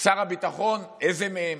שר הביטחון, איזה מהם?